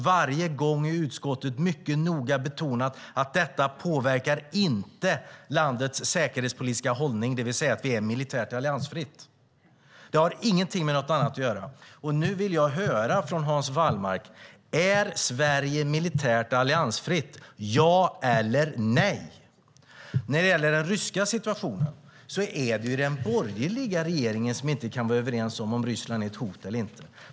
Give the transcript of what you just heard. Varje gång har vi i utskottet mycket noga betonat att det inte påverkar landets säkerhetspolitiska hållning, det vill säga att Sverige är militärt alliansfritt. Det har ingenting med något annat att göra. Nu vill jag höra från Hans Wallmark: Är Sverige militärt alliansfritt - ja eller nej? När det gäller den ryska situationen är det den borgerliga regeringen som inte kan vara överens om huruvida Ryssland är ett hot eller inte.